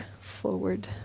forward